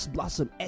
Blossom